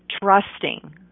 trusting